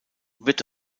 wird